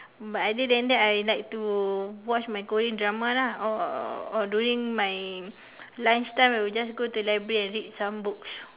but other than that I like to watch my korean drama lah or during my lunch time I will just go to library and read some books